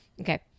Okay